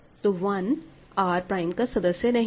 तो 1 R prime का सदस्य नहीं है